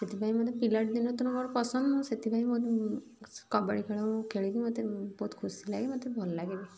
ସେଥିପାଇଁ ମୋତେ ପିଲାଟି ଦିନରୁ ତ ମୋତେ ପସନ୍ଦ ସେଥିପାଇଁ ମୁଁ କବାଡ଼ି ଖେଳ ମୁଁ ଖେଳିକି ମୋତେ ବହୁତ ଖୁସି ଲାଗେ ମୋତେ ଭଲ ଲାଗେ ବି